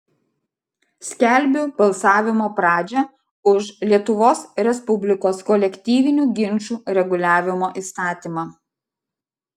skelbiu balsavimo pradžią už lietuvos respublikos kolektyvinių ginčų reguliavimo įstatymą